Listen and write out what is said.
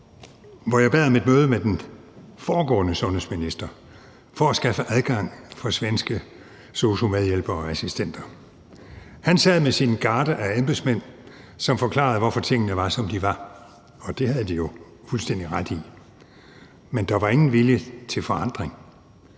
hvor jeg bad om et møde med den foregående sundhedsminister for at skaffe adgang for svenske sosu-hjælpere og -assistenter, og han sad med sin garde af embedsmænd, som forklarede, hvorfor tingene var, som de var, og det havde de jo fuldstændig ret i. Men der var ingen vilje til forandring.